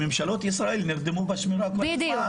שממשלות ישראל נרדמו בשמירה כל הזמן,